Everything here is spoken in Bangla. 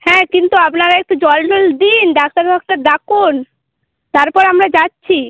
হ্যাঁ কিন্তু আপনারা একটু জল টল দিন ডাক্তার ফাক্তার ডাকুন তারপরে আমরা যাচ্ছি